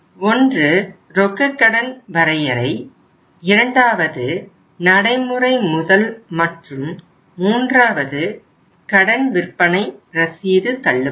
ஒன்று ரொக்க கடன் வரையறை இரண்டாவது நடைமுறை முதல் மற்றும் மூன்றாவது கடன் விற்பனை ரசீது தள்ளுபடி